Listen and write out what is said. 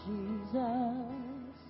Jesus